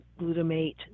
glutamate